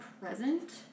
present